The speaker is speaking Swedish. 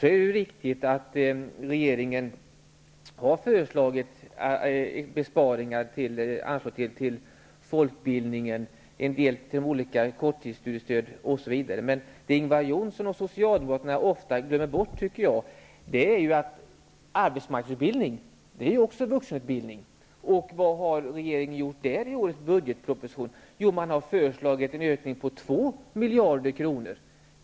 Det är riktigt att regeringen har föreslagit besparingar när det gäller anslag till folkbildning, olika korttidsstudiestöd osv. Ingvar Johnsson och Socialdemokraterna glömmer emellertid ofta bort att arbetsmarknadsutbildning också är vuxenutbildning. Vad har regeringen gjort på det området i årets budgetproposition? Jo, man har föreslagit en ökning på två miljarder kronor.